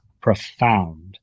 profound